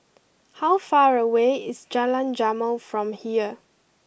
how far away is Jalan Jamal from here